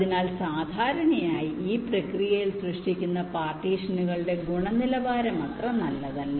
അതിനാൽ സാധാരണയായി ഈ പ്രക്രിയയിൽ സൃഷ്ടിക്കുന്ന പാർട്ടീഷനുകളുടെ ഗുണനിലവാരം അത്ര നല്ലതല്ല